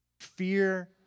Fear